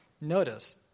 Notice